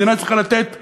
מדינה צריכה לתת חינוך,